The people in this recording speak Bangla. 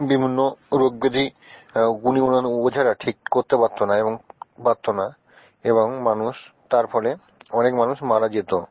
বিভিন্ন রোগ ব্যাধি গুণিন ওঝারা ঠিক করতে পারত না এবং পারত না এবং মানুষ তার ফলে অনেক মানুষ মারা যেত